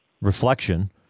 reflection